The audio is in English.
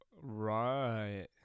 Right